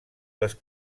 les